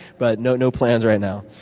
but no no plans right now.